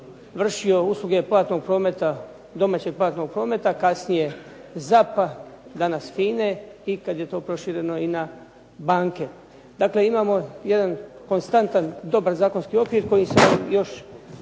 vršio usluge domaćeg platnog prometa, kasnije ZAP-a sada FINA-e i kada je to prošireno na banke. Dakle imamo jedan konstantan dobar zakonski okvir koji se još